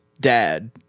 dad